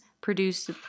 produced